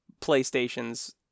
playstations